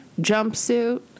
jumpsuit